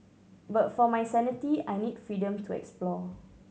but for my sanity I need freedom to explore